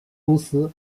公司